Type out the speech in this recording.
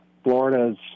Florida's